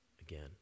again